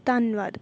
ਧੰਨਵਾਦ